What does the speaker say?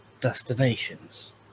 destinations